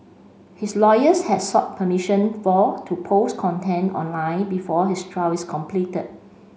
his lawyers had sought permission for to post content online before his trial is completed